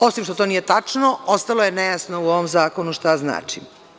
Osim što to nije tačno, ostalo je nejasno u ovom zakonu šta znači.